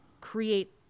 create